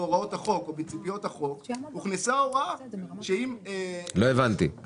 בהוראות החוק הוכנסה הוראה שאם --- לא הבנתי,